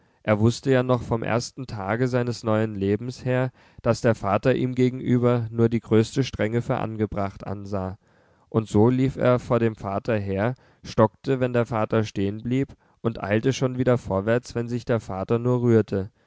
er wußte ja noch vom ersten tage seines neuen lebens her daß der vater ihm gegenüber nur die größte strenge für angebracht ansah und so lief er vor dem vater her stockte wenn der vater stehen blieb und eilte schon wieder vorwärts wenn sich der vater nur rührte